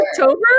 October